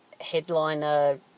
headliner